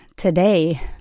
today